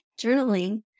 journaling